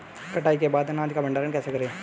कटाई के बाद अनाज का भंडारण कैसे करें?